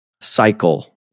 cycle